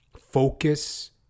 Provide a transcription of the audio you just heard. focus